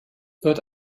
wird